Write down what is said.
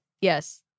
Yes